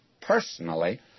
personally